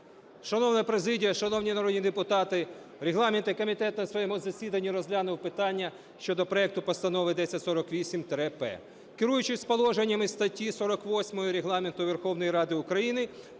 Шановна президія, шановні народні депутати! Регламентний комітет на своєму засіданні розглянув питання щодо проекту постанови 1048-П. Керуючись положеннями статті 48 Регламенту Верховної Ради України,